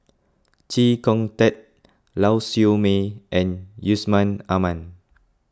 Chee Kong Tet Lau Siew Mei and Yusman Aman